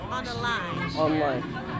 Online